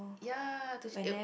ya